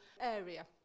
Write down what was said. area